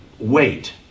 Wait